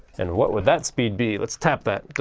and what would that speed be? let's tap that